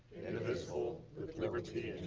indivisible, with liberty